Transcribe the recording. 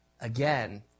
Again